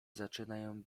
zaczynają